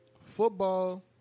football